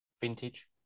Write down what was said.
vintage